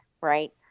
Right